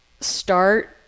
start